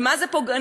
ומה זה פוגעני?